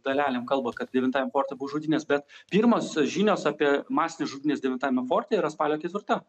dalelėm kalba kad devintajam forte buvo žudynės bet pirmos žinios apie masines žudynes devintajame forte yra spalio ketvirta